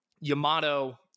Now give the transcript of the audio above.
Yamato